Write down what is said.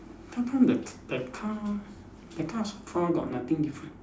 how come the c~ the car the car got nothing different